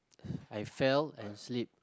I fell and slip